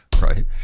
right